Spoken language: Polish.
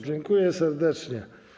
Dziękuję serdecznie.